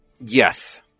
Yes